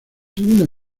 segunda